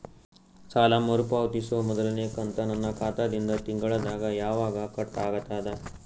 ಸಾಲಾ ಮರು ಪಾವತಿಸುವ ಮೊದಲನೇ ಕಂತ ನನ್ನ ಖಾತಾ ದಿಂದ ತಿಂಗಳದಾಗ ಯವಾಗ ಕಟ್ ಆಗತದ?